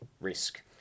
risk